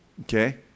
okay